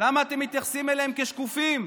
כאל שקופים?